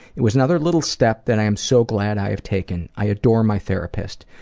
it was another little step that i'm so glad i've taken. i adore my therapist.